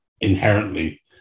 inherently